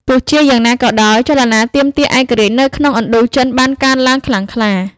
ទោះជាយ៉ាងណាក៏ដោយ ចលនាទាមទារឯករាជ្យនៅក្នុងឥណ្ឌូចិនបានកើនឡើងខ្លាំងក្លា។